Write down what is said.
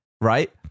right